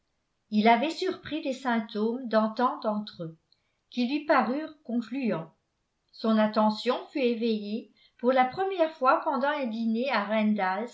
il avait surpris des symptômes d'entente entre eux qui lui parurent concluants son attention fut éveillée pour la première fois pendant un dîner à